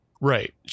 Right